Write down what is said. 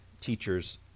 teachers